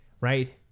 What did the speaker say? Right